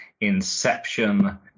Inception